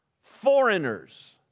foreigners